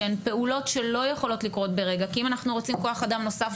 שהן פעולות שלא יכולות לקרות ברגע כי אם אנחנו רוצים כוח אדם נוסף,